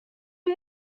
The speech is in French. moi